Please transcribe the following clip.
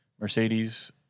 Mercedes